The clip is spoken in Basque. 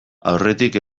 aurretik